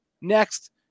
next